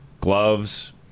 gloves